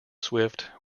swift